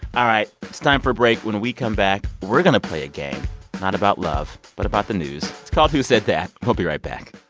all right. it's time for a break. when we come back, we're going to play a game not about love but about the news. it's called who said that? we'll be right back